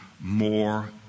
more